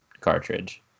cartridge